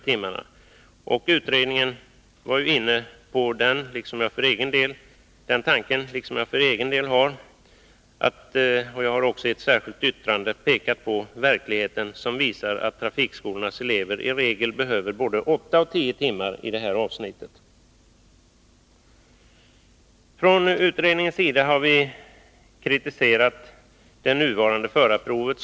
Även utredningen var inne på den tanken. För egen del har jag i ett särskilt yttrande pekat på verkligheten, som visar att trafikskolornas elever i regel behöver både åtta och tio timmar i detta avsnitt. Från utredningens sida har vi kritiserat det nuvarande förarprovet.